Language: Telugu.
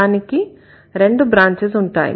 దానికి రెండు బ్రాంచెస్ ఉంటాయి